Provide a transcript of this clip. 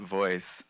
voice